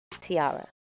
Tiara